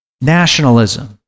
Nationalism